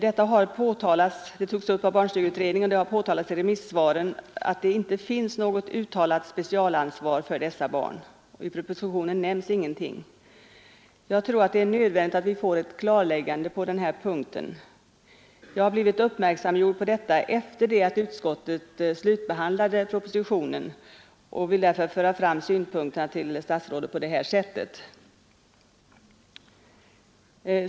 Det togs upp av barnstugeutredningen och det har påtalats i remissvaren, att det inte finns något uttalat specialansvar för dessa barn. I propositionen nämns ingenting om detta. Jag tror att det är nödvändigt att vi får ett klarläggande på den punkten. Jag har gjorts uppmärksam på detta efter det att utskottet slutbehandlat propositionen och vill därför på det här sättet föra fram synpunkterna till statsrådet.